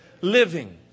Living